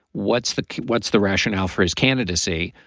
what's the what's the rationale for his candidacy?